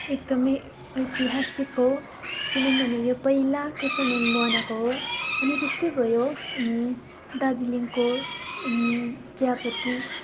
एकदमै ऐतिहासिक हो किनभने यो पहिलाको समयमा बनाएको हो अनि त्यस्तै भयो दार्जिलिङको चियापत्ती